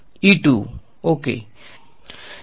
વિદ્યાર્થી E2